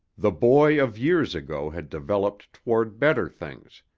the boy of years ago had developed toward better things,